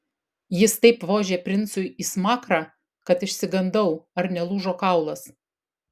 jis taip vožė princui į smakrą kad išsigandau ar nelūžo kaulas